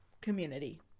community